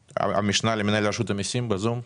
המשנה למנהל רשות המסים, מירי סביון ב-זום.